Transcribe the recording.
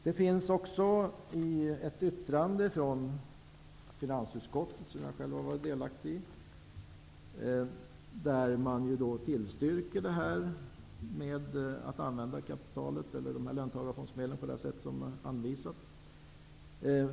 Det finns ett yttrande från finansutskottet som jag själv har varit delaktig i, där man tillstyrker att löntagarfondsmedlen används på det sätt som är anvisat.